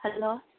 hello